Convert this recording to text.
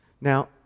Now